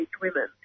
women